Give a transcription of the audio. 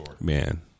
man